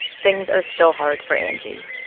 things are still hard for angie.